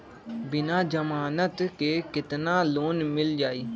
बिना जमानत के केतना लोन मिल जाइ?